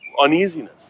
uneasiness